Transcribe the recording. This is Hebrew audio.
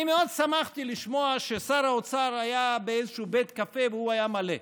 אני מאוד שמחתי לשמוע ששר האוצר היה באיזשהו בית קפה והוא היה מלא.